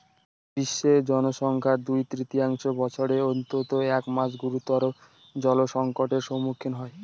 বিশ্বের জনসংখ্যার দুই তৃতীয়াংশ বছরের অন্তত এক মাস গুরুতর জলসংকটের সম্মুখীন হয়